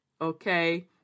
okay